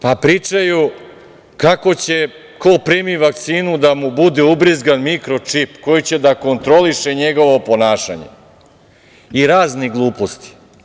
Pričaju kako će ko primi vakcinu da mu bude ubrizgan mikro čip koji će da kontroliše njegovo ponašanje i razne gluposti.